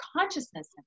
consciousness